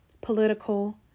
political